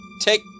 Take